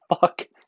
fuck